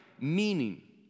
meaning